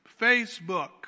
Facebook